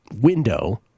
window